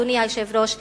אדוני היושב-ראש,